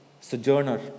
Sojourner